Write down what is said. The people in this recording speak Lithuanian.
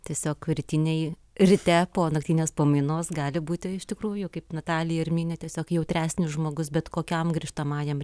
tiesiog rytinėj ryte po naktinės pamainos gali būti iš tikrųjų kaip natalija ir mini tiesiog jautresnis žmogus bet kokiam grįžtamajam